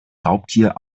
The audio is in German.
raubtier